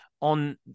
on